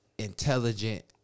intelligent